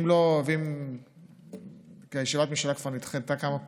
אם לא, כי ישיבת הממשלה נדחתה כמה פעמים,